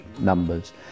numbers